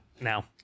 now